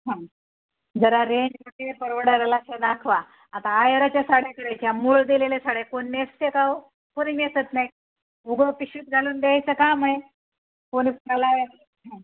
हां जरा रेंजमध्ये परवडेल अशा दाखवा आता अहेराच्या साड्या करायच्या मूळ दिलेल्या साड्या कोण नेसते का हो कोणी नेसत नाही उगा पिशवीत घालून द्यायचं काम आहे कोणी घालाय